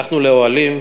הלכנו לאוהלים,